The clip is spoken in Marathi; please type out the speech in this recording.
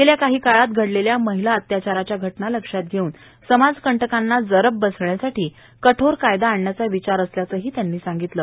गत काही काळात घडलेल्या महिला अत्याचाराच्या घटना लक्षात घेऊन समाजकंटकांना जरब बसण्यासाठी कठोर कायदा आणण्याचा विचार असल्याचेही त्यांनी सांगितले